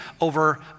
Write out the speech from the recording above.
over